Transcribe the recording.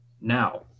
Now